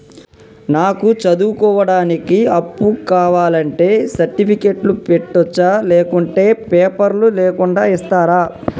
నాకు చదువుకోవడానికి అప్పు కావాలంటే సర్టిఫికెట్లు పెట్టొచ్చా లేకుంటే పేపర్లు లేకుండా ఇస్తరా?